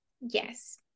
yes